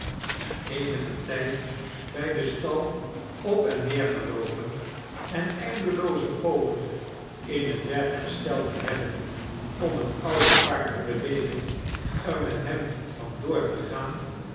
ivta eenigen tijd bij den stal op en neeir geloopen en eindelooze pogingen in het werk gesteld te hebben om het oude paard te bewegen ear met hean van door te gaan